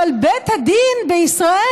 אבל בית הדין בישראל,